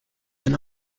than